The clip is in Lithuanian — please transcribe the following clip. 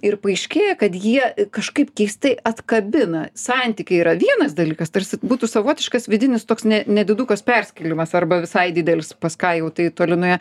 ir paaiškėja kad jie kažkaip keistai atkabina santykiai yra vienas dalykas tarsi būtų savotiškas vidinis toks ne nedidukas perskėlimas arba visai didelis pas ką jau tai toli nuėjo